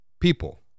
people